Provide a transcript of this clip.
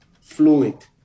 fluid